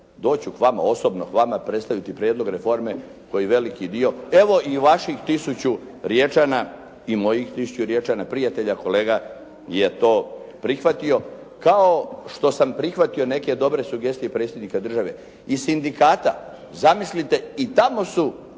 doću k vam, osobno k vama predstaviti prijedlog reforme koji je veliki dio. Evo i vaših tisuću Riječana i mojih tisuću Riječana prijatelja, kolega je to prihvatio kao što sam prihvatio neke dobre sugestije predsjednika države i sindikata. Zamislite i tamo su